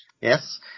Yes